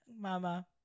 Mama